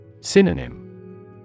Synonym